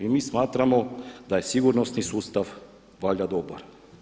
I mi smatramo da je sigurnosni sustav valjda dobar.